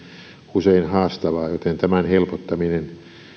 usein haastavaa joten tämän helpottaminen